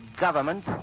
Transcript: government